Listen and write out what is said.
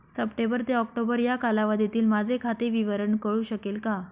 September ते October या कालावधीतील माझे खाते विवरण कळू शकेल का?